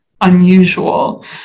unusual